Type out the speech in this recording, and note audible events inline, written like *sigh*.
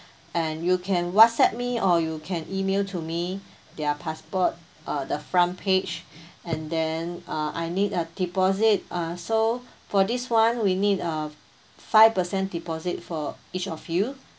and you can whatsapp me or you can email to me their passport uh the front page *breath* and then uh I need a deposit ah so for this one we need uh five percent deposit for each of you